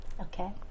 Okay